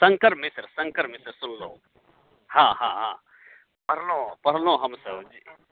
शङ्कर मिश्र शङ्कर मिश्र सुनलहुँ हँ हँ पढलहुँ पढ़लहुँ पढ़लहुँ हमसब